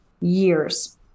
years